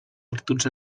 altituds